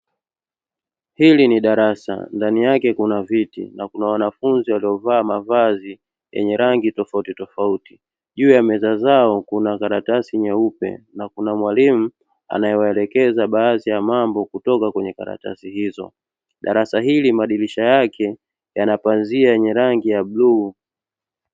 Hili ni darasa ndani yake kuna viti na wanafunzi waliovalia mavazi ya aina tofauti tofauti, juu ya meza zao kuna karatasi nyeupe na kuna mwalimu anayewaelekeza baadhi ya mambo kutoka kwenye karatasi hizo. Darasa hili madirisha yake yana mapazia ya rangi ya bluu.